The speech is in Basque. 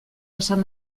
esan